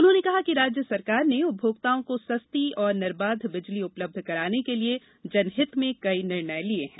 उन्होंने कहा कि राज्य सरकार ने उपभोक्ताओं को सस्ती और निर्बाध बिजली उपलब्ध कराने के लिए जनहित में कई निर्णय लिये हैं